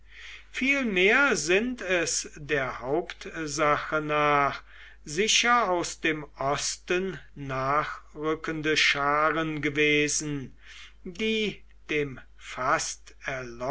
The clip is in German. vielmehr sind es der hauptsache nach sicher aus dem osten nachrückende scharen gewesen die dem